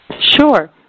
Sure